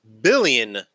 Billion